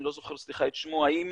אני לא זוכר, סליחה, את שמו, האם